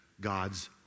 God's